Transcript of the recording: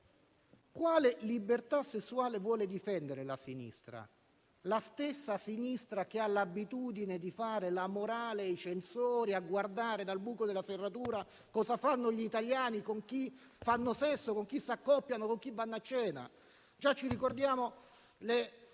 Quale libertà sessuale vuole difendere la sinistra? Penso alla stessa sinistra che ha l'abitudine di fare la morale, a comportarsi da censore, a guardare dal buco della serratura cosa fanno gli italiani, con chi fanno sesso, con chi si accoppiano, con chi vanno a cena. Ricordiamo le